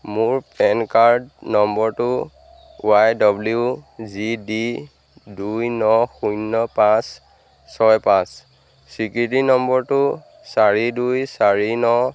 PAN card নম্বৰটো Y W G D দুই ন শূন্য পাঁচ ছয় পাঁচ স্বীকৃতি নম্বৰটো চাৰি দুই চাৰি ন